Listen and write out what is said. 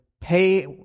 pay